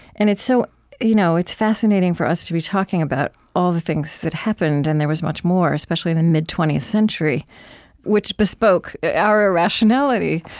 and it's so you know it's fascinating for us to be talking about all the things that happened and there was much more, especially in the mid twentieth century which bespoke our irrationality.